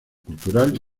cultural